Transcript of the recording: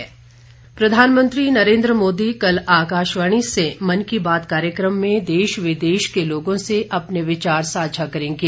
मन की बात प्रधानमंत्री नरेन्द्र मोदी कल आकाशवाणी से मन की बात कार्यक्रम में देश विदेश के लोगों से अपने विचार साझा करेंगे